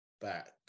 back